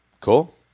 Cool